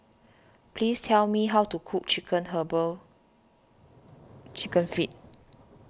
please tell me how to cook Chicken Herbal Chicken Feet